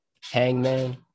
Hangman